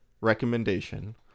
recommendation